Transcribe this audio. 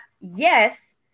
yes